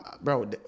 Bro